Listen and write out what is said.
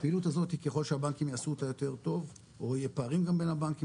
הפעילות הזאת ככל שהבנקים יעשו אותה יותר טוב או יהיו פערים בין הבנקים,